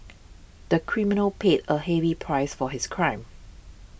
the criminal paid a heavy price for his crime